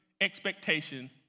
expectation